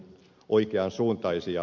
arvoisa puhemies